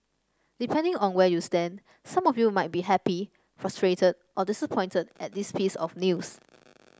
depending on where you stand some of you might be happy frustrated or disappointed at this piece of news